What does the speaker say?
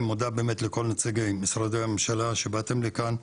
מודה באמת לכל נציגי משרדי הממשלה שבאתם לכאן,